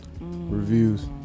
Reviews